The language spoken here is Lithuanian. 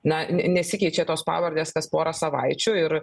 na nesikeičia tos pavardės kas porą savaičių ir